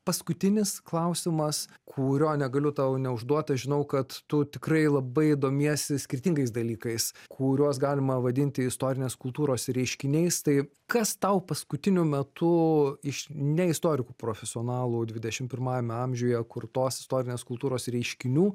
paskutinis klausimas kurio negaliu tau neužduot aš žinau kad tu tikrai labai domiesi skirtingais dalykais kuriuos galima vadinti istorinės kultūros reiškiniais tai kas tau paskutiniu metu iš ne istorikų profesionalų dvidešim pirmajame amžiuje kurtos istorinės kultūros reiškinių